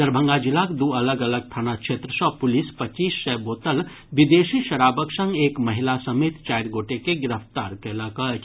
दरभंगा जिलाक दू अलग अलग थाना क्षेत्र सँ पुलिस पच्चीस सय बोतल विदेशी शराबक संग एक महिला समेत चारि गोटे के गिरफ्तार कयलक अछि